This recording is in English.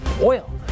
oil